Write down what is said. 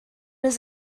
does